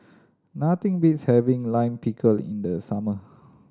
nothing beats having Lime Pickle in the summer